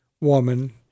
Woman